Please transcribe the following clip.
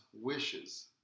wishes